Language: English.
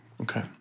okay